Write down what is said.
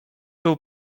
był